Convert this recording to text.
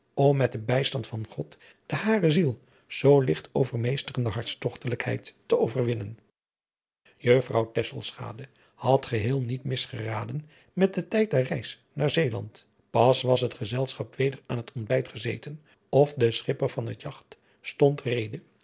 om met den bijstand van god de hare ziel zoo ligt overmeesterende hartstochtelijkheid te overwinnen juffrouw tesselschade had geheel niet mis geraden met den tijd der reis naar zeeland pas was het gezelschap weder aan het ontbijt adriaan loosjes pzn het leven van hillegonda buisman gezeten of de schipper van het jagt stond